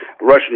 Russian